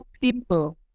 people